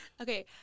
Okay